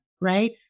right